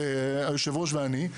יושב הראש ואני,